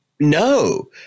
No